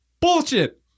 Bullshit